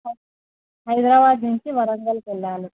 హైదరాబాద్ నుంచి వరంగల్కి వెళ్లాలి